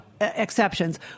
exceptions